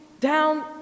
down